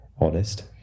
honest